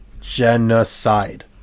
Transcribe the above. Genocide